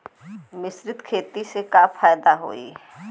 मिश्रित खेती से का फायदा होई?